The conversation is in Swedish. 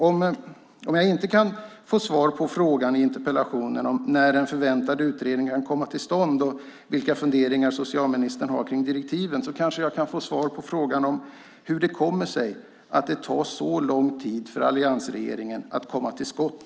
Om jag nu inte kan få svar på mina frågor i interpellationen om när förväntad utredning kan komma till stånd och om vilka funderingar socialministern har kring direktiven kan jag kanske i stället få svar på frågan om hur det kommer sig att det tar så lång tid för alliansregeringen att komma till skott.